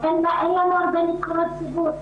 אין לנו הרבה נבחרות ציבור.